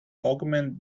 augment